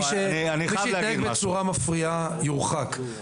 מי שיתנהג בצורה מפריעה, יורחק.